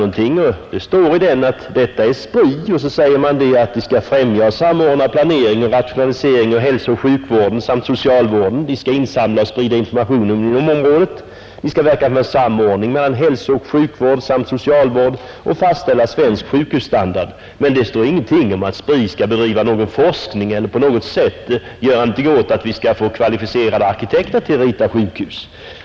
I den broschyren står det: ”Detta är SPRI” — och sedan skriver man att SPRI skall ”främja och samordna planering och rationalisering i hälsooch sjukvården samt socialvården, insamla och sprida information inom området, verka för en samordning mellan hälsooch sjukvård samt socialvård, fastställa svensk sjukhusstandard”. Men det står ingenting om att SPRI skall bedriva någon forskning eller medverka till att vi får kvalificerade arkitekter som kan rita sjukhus.